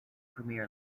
premier